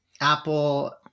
Apple